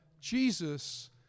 Jesus